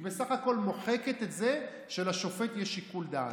היא בסך הכול מוחקת את זה שלשופט יש שיקול דעת.